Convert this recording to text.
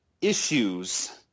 issues